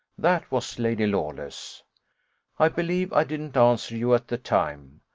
that was lady lawless i believe i didn't answer you at the time.